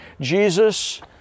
Jesus